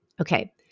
Okay